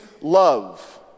love